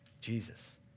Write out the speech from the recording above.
Jesus